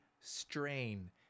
strain